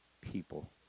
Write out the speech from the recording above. people